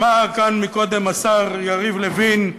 אמר כאן קודם השר יריב לוין: